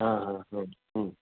हा हा हा